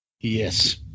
yes